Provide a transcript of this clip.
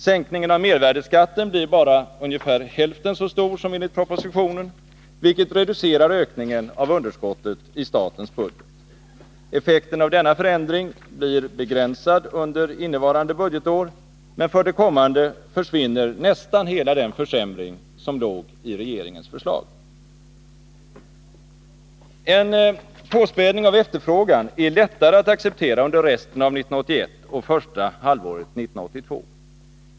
Sänkningen av mervärdeskatten blir bara ungefär hälften så stor som enligt propositionen, vilket reducerar ökningen av underskottet i statens budget. Effekten av denna förändring blir begränsad under innevarande budgetår, men för det kommande försvinner nästan hela den försämring som låg i regeringens förslag. En påspädning av efterfrågan är lättare att acceptera under resten av 1981 och första halvåret 1982.